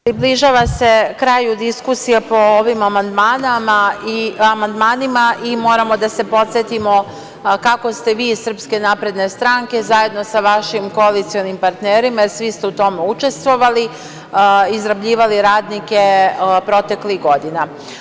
Približava se kraju diskusija po ovim amandmanima i moramo da se podsetimo kako ste vi iz SNS zajedno sa vašim koalicionim partnerima, svi ste u tome učestvovali, izrabljivali radnike proteklih godina.